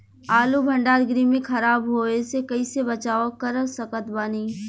आलू भंडार गृह में खराब होवे से कइसे बचाव कर सकत बानी?